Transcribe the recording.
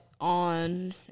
on